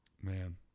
man